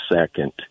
second